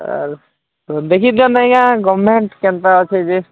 ଆଉ ଦେଖି ଦିଆନ୍ ଆଜ୍ଞାଁ ଗଭର୍ଣ୍ଣମେଣ୍ଟ୍ କେନ୍ତା ଅଛି ଯେ